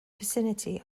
vicinity